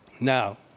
Now